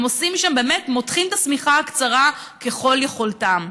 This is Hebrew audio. הם מותחים את השמיכה הקצרה ככל יכולתם,